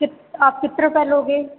कित आप कितने रुपए लोगे